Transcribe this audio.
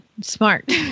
Smart